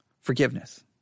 Forgiveness